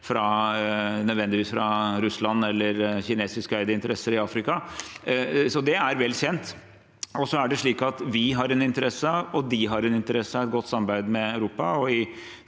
kjøpe dem fra Russland eller kinesiskeide interesser i Afrika. Så det er vel kjent. Og så er det slik at vi har en interesse av – og de har en interesse av – et godt samarbeid i Europa.